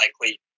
likely